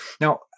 Now